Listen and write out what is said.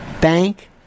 bank